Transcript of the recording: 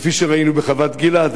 כפי שראינו בחוות-גלעד.